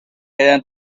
eran